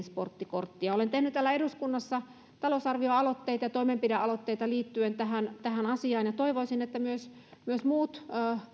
sporttikortti ja olen tehnyt täällä eduskunnassa talousarvioaloitteita ja toimenpidealoitteita liittyen tähän tähän asiaan toivoisin että myös myös muut